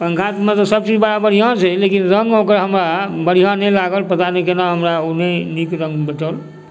पङ्खामे तऽ सबकिछु बड़ा बढ़िआँ छै लेकिन रङ्ग ओकर हमरा बढ़िआँ नहि लागल पता नहि केना ओ हमरा नहि नीक रङ्ग भेटल